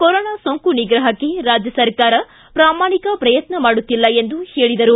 corona ಸೋಂಕು ನಿಗ್ರಪಕ್ಕೆ ರಾಜ್ಯ ಸರ್ಕಾರ ಪ್ರಾಮಾಣಿಕ ಪ್ರಯತ್ನ ಮಾಡುತ್ತಿಲ್ಲ ಎಂದು ಹೇಳಿದರು